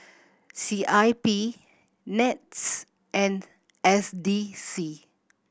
C I P NETS and S D C